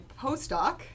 postdoc